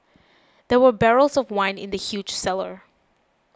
there were barrels of wine in the huge cellar